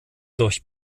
durch